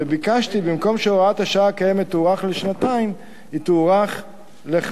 וביקשתי שבמקום שהוראת השעה הקיימת תוארך בשנתיים,